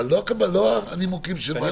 אבל לא הנימוקים של ועדת --- כשאני